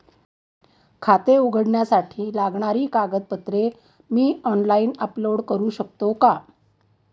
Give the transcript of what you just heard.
खाते उघडण्यासाठी लागणारी कागदपत्रे मी ऑनलाइन अपलोड करू शकतो का?